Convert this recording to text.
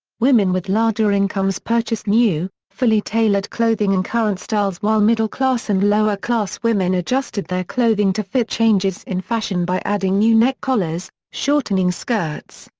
women with larger incomes purchased new, fully tailored clothing in current styles while middle-class and lower-class women adjusted their clothing to fit changes in fashion by adding new neck collars, shortening skirts,